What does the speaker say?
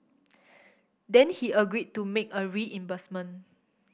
then he agreed to make a reimbursement